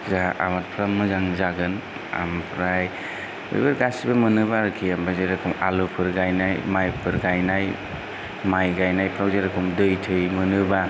जोहा आबादफ्रा मोजां जागोन आमफ्राय बेफोर गासिबो मोनोब्ला आरोखि आमफाय जेरख'म आलुफोर गायनाय माइफोर गायनाय माइ गायनायफ्राव जेरख'म दै थै मोनोब्ला